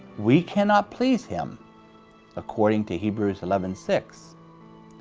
we cannot please him according to hebrews eleven six.